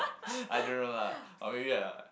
I don't know lah or maybe a